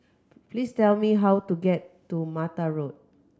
please tell me how to get to Mata Road